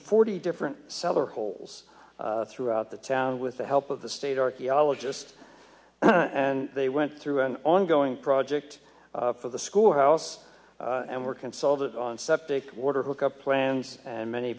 forty different sever holes throughout the town with the help of the state archaeologist and they went through an ongoing project for the schoolhouse and were consulted on septic water hook up plans and many